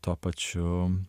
tuo pačiu